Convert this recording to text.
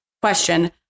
question